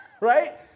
Right